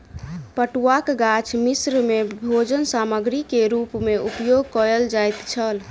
पटुआक गाछ मिस्र में भोजन सामग्री के रूप में उपयोग कयल जाइत छल